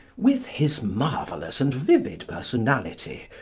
with his marvellous and vivid personality,